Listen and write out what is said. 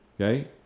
okay